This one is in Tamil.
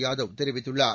யாதவ் தெரிவித்துள்ளார்